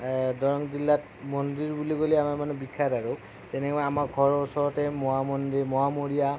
দৰং জিলাত মন্দিৰ বুলি ক'লে আমাৰ মানে বিখ্যাত আৰু যেনে আমাৰ ঘৰৰ ওচৰতে মোৱা মন্দিৰ মোৱামৰীয়া